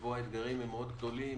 שבהם האתגרים מאוד גדולים,